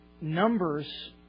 numbers